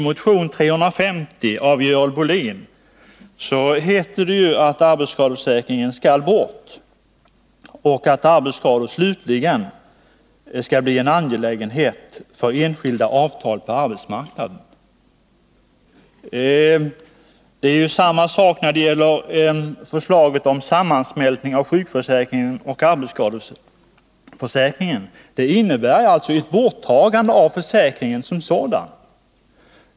I motion 350 av Görel Bohlin heter det att arbetsskadeförsäkringen skall utgå ur den allmänna försäkringen och att arbetsskador helt skall bli en angelägenhet för enskilda avtal på arbetsmarknaden. Det är samma sak med förslaget om sammansmältning av sjukförsäkringen och arbetsskadeförsäkringen: det innebär ett borttagande av försäkringen som sådan.